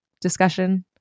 discussion